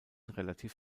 relativ